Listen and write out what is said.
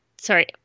sorry